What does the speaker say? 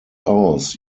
aus